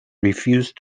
refused